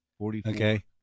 Okay